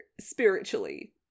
spiritually